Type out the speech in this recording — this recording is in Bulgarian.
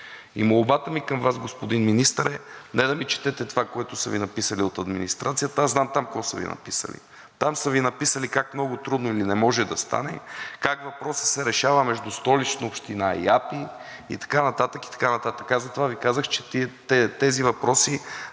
Молбата ми към Вас, господин Министър, е не да ми четете това, което са Ви написали от администрацията. Знам там какво са Ви написали. Там са Ви написали как е много и не може да стане. Как въпросът се решава между Столична община и АПИ и така нататък, и така нататък. Затова Ви казах, че тези въпроси